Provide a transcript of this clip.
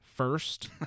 first